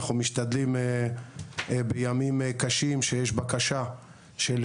אנחנו משתדלים בימים קשים שיש בקשה של